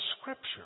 Scripture